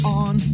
on